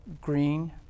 green